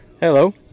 Hello